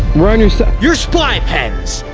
we're on your side. your spy pens.